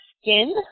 skin